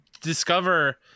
discover